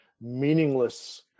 meaningless